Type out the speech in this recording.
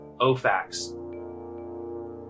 Ofax